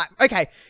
Okay